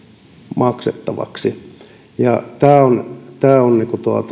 maksettavaksi ja tämä on tämä on